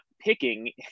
picking